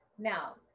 Now